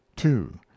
two